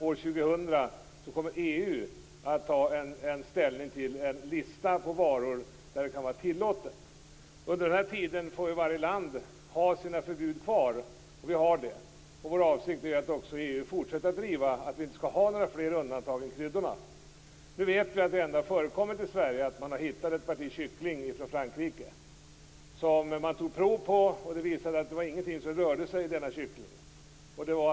År 2000 kommer EU att ta ställning till en lista på varor där det kan vara tillåtet att bestråla. Under tiden får varje land ha sina förbud kvar, och vi har det. Vår avsikt är att i EU driva att vi inte skall ha några fler undantag än kryddorna. I Sverige har man tagit prov på ett parti kyckling från Frankrike. Det visade sig att det inte fanns någonting i denna kyckling som rörde sig.